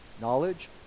knowledge